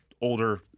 older